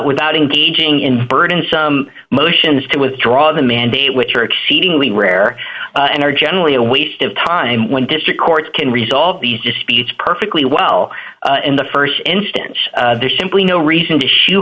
without engaging in burden some motions to withdraw the mandate which are exceedingly rare and are generally a waste of time when district courts can resolve these disputes perfectly well in the st instance there's simply no reason to shoe